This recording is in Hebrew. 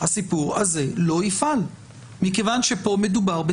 הסיפור הזה לא יפעל מכיוון שפה מדובר,